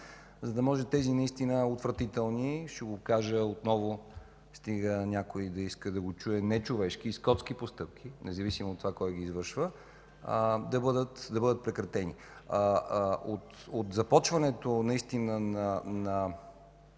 за да може тези отвратителни – ще го кажа отново, стига някой да иска да го чуе – нечовешки и скотски постъпки, независимо от това кой ги извършва, да бъдат прекратени. От започването на офанзивата,